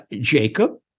Jacob